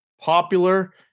Popular